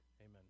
Amen